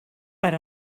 per